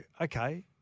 okay